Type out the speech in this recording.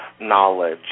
knowledge